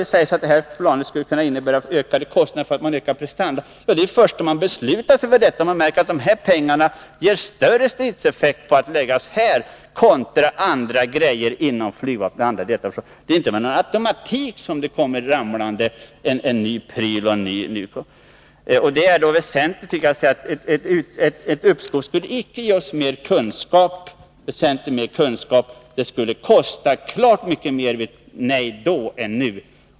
Det sägs att det här planet skulle kunna innebära ökade kostnader för att man ökar prestandan. Men det är något man har att ta ställning till från fall till fall. Om man finner att pengarna ger större stridseffekt om de läggs här än om de läggs på andra grejer inom flygvapnet beslutar man sig för t.ex. en modifiering. Det är ju inte med någon automatik det kommer ramlande en ny pryl. Ett uppskov skulle icke ge oss väsentligt mera kunskap, men ett nej sedan skulle kosta mycket mer än ett nej nu.